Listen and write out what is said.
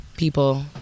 People